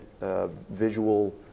visual